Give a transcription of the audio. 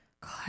God